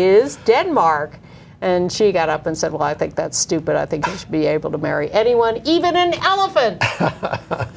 is denmark and she got up and said well i think that's stupid i think be able to marry anyone even an elephant